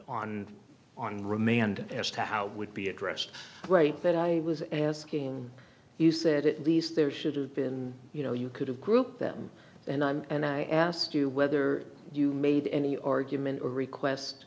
on on remained as to how it would be addressed great that i was asking you said at least there should have been you know you could have grouped them and i'm and i asked you whether you made any argument or request